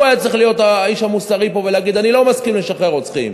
הוא היה צריך להיות האיש המוסרי פה ולהגיד: אני לא מסכים לשחרר רוצחים.